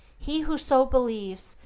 he who so believes,